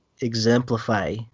exemplify